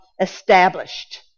Established